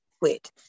quit